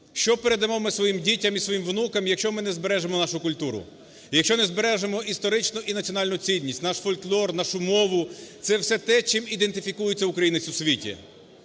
що передамо ми своїм дітям і своїм внукам, якщо ми не збережемо нашу культуру і якщо не збережемо історичну, і національну цінність, наш фольклор, нашу мову, це все те, чим ідентифікується українець у світі,